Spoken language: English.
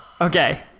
Okay